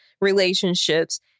relationships